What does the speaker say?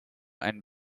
and